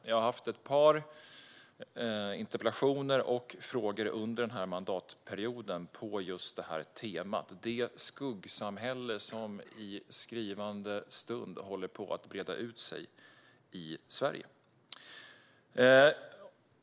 Jag har under denna mandatperiod ställt ett par interpellationer och frågor på detta tema - det skuggsamhälle som just nu håller på att breda ut sig i Sverige.